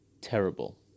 terrible